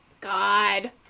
God